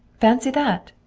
fancy that!